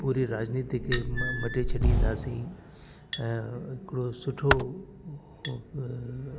पूरी राजनीति खे मटे छॾींदासीं ऐं हिकिड़ो सुठो